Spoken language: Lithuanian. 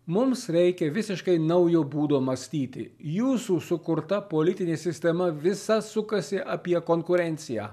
mums reikia visiškai naujo būdo mąstyti jūsų sukurta politinė sistema visa sukasi apie konkurenciją